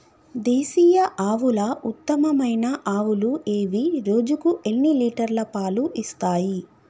దేశీయ ఆవుల ఉత్తమమైన ఆవులు ఏవి? రోజుకు ఎన్ని లీటర్ల పాలు ఇస్తాయి?